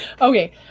Okay